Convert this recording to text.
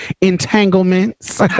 entanglements